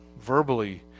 verbally